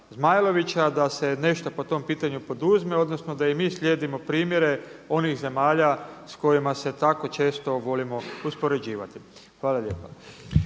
da se nešto po tom pitanju poduzme odnosno da i mi slijedimo primjere onih zemalja s kojima se tako često volimo uspoređivati? Hvala lijepa.